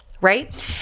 right